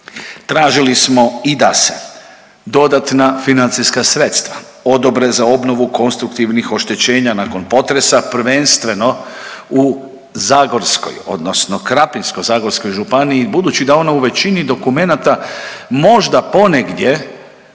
Tražili smo i da se dodatna financijska sredstva odobre za obnovu konstruktivnih oštećenja nakon potresa, prvenstveno u zagorskoj odnosno Krapinsko-zagorskoj županiji budući da ona u većini dokumenata možda ponegdje